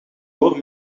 voor